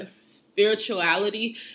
spirituality